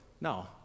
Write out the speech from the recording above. No